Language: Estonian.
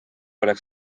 oleks